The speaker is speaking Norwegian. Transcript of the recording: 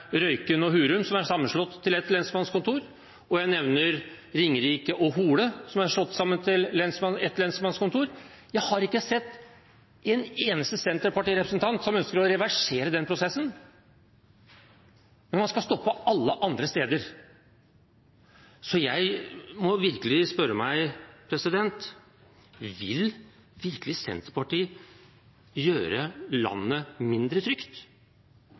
Røyken og Hurum, som er sammenslått til ett lensmannskontor, og jeg nevner Ringerike og Hole, som er slått sammen til ett lensmannskontor. Jeg har ikke sett en eneste senterpartirepresentant som ønsker å reversere den prosessen, men man skal stoppe alle andre steder. Så jeg må virkelig spørre meg: Vil virkelig Senterpartiet gjøre landet mindre trygt?